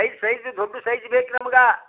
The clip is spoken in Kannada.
ಸೈಝ್ ಸೈಝ್ ದೊಡ್ಡ ಸೈಝ್ ಬೇಕು ನಮ್ಗೆ